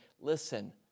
listen